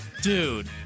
Dude